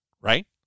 Right